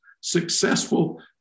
successful